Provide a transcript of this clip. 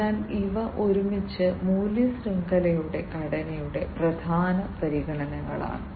അതിനാൽ ഇവ ഒരുമിച്ച് മൂല്യ ശൃംഖലയുടെ ഘടനയുടെ പ്രധാന പരിഗണനകളാണ്